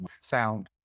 sound